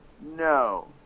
No